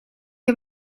heb